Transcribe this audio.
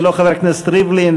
ולא חבר הכנסת ריבלין,